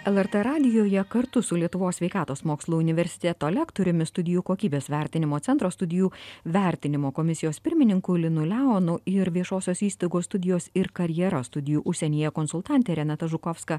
lrt radijuje kartu su lietuvos sveikatos mokslų universiteto lektoriumi studijų kokybės vertinimo centro studijų vertinimo komisijos pirmininku linu leonu ir viešosios įstaigos studijos ir karjera studijų užsienyje konsultantė renata žukovska